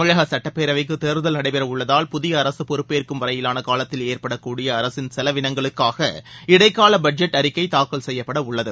தமிழக சட்டப்பேரவைக்கு தேர்தல் நடைபெற உள்ளதால் புதிய அரசு பொறுப்பு ஏற்கும் வரையிலான காலத்தில் ஏற்படக்கூடிய அரசின் செலவினங்களுக்காக இடைக்கால பட்ஜெட் அறிக்கை தாக்கல் செய்யப்பட உள்ளது